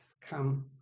come